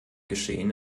geschehen